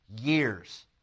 years